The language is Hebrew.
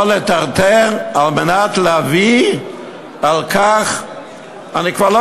לא לטרטר על מנת להביא אני כבר לא